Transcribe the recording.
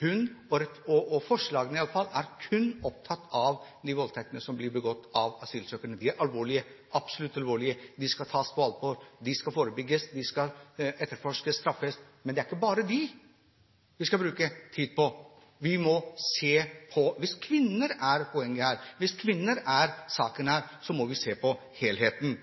og forslagene går kun på de voldtektene som blir begått av asylsøkerne. De er absolutt alvorlige, de skal tas på alvor, de skal forebygges, de skal etterforskes og straffes, men det er ikke bare dem vi skal bruke tid på. Hvis kvinner er poenget her, hvis kvinner er saken her, må vi se på helheten.